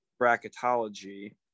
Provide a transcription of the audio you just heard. bracketology